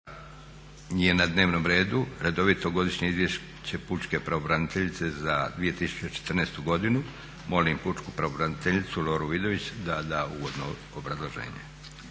je na dnevnom redu redovito Godišnje izvješće pučke pravobraniteljice za 2014. godinu. Molim pučku pravobraniteljicu, Loru Vidović da da uvodno obrazloženje.